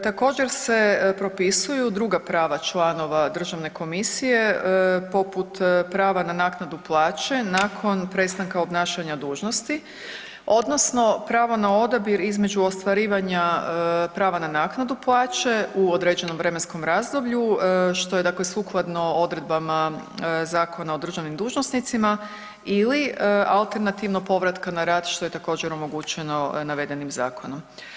Također se propisuju druga prava članova državne komisije poput prava na naknadu plaće nakon prestanka obnašanja dužnosti odnosno pravo na odabir između ostvarivanja prava na naknadu plaće u određenom vremenskom razdoblju što je dakle sukladno odredbama Zakona o državnim dužnosnicima ili alternativno povratka na rad što je također omogućeno navedenim zakonom.